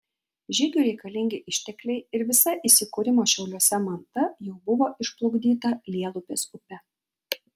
žygiui reikalingi ištekliai ir visa įsikūrimo šiauliuose manta jau buvo išplukdyta lielupės upe